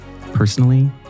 Personally